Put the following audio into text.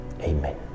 Amen